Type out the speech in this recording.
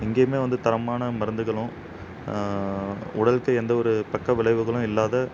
இங்கேயுமே வந்து தரமான மருந்துகளும் உடல் து எந்த ஒரு பக்க விளைவுகளும் இல்லாத